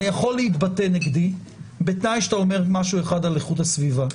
אתה יכול להתבטא נגדי בתנאי שאתה אומר משהו אחד על איכות הסביבה,